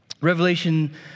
Revelation